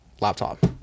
laptop